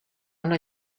una